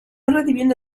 recibiendo